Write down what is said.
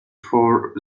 for